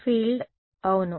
ఇది far field అవును